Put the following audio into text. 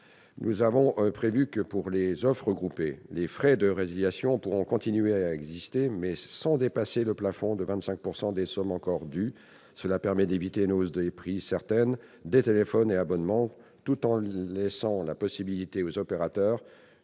nous avons prévu que, pour de telles offres, des frais de résiliation pourront toujours être appliqués, mais sans dépasser le plafond de 25 % des sommes encore dues. Cela permettra d'éviter une hausse certaine du prix des téléphones et des abonnements tout en laissant la possibilité aux opérateurs